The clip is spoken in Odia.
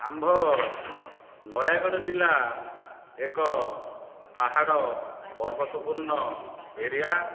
ଆମ୍ଭ ନୟାଗଡ଼ ଜିଲ୍ଲା ଏକ ପାହାଡ଼ ପର୍ବତ ପୂର୍ଣ୍ଣ ଏରିଆ